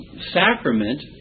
sacrament